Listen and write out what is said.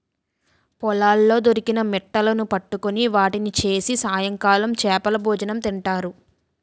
పొలాల్లో దొరికిన మిట్టలును పట్టుకొని వాటిని చేసి సాయంకాలం చేపలభోజనం తింటారు